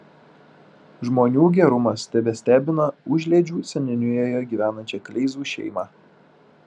žmonių gerumas tebestebina užliedžių seniūnijoje gyvenančią kleizų šeimą